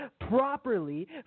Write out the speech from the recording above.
properly